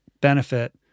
benefit